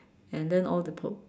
and then all the po~